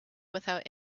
without